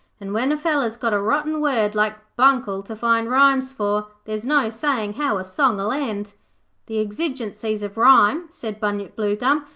and when a feller's got a rotten word like buncle to find rhymes for, there's no sayin' how a song'll end the exigencies of rhyme said bunyip bluegum,